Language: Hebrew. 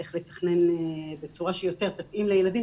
איך לתכנן בצורה שיותר תתאים לילדים,